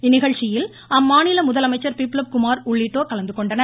இந்நிகழ்ச்சியில் அம்மாநில முதலமைச்சர் பிப்லப் குமார் உள்ளிட்டோர் கலந்துகொண்டனர்